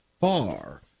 far